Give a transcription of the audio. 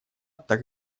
так